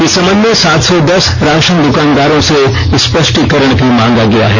इस संबंध में सात सौ दस राषन दुकानदारों से स्पष्टीकरण भी मांगा गया है